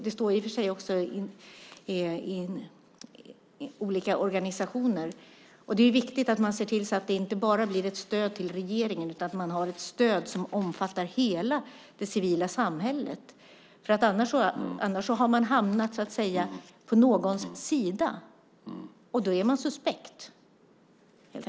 Det är viktigt att se till att det inte bara blir ett stöd för regeringen utan att det blir ett stöd som omfattar hela det civila samhället, annars har man hamnat på någons sida och då är man suspekt.